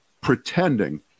pretending